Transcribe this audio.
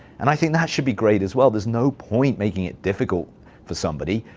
and i think that should be great as well. there's no point making it difficult for somebody.